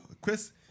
Chris